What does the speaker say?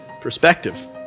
perspective